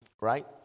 right